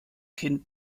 kind